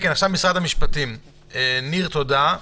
ניר, תודה.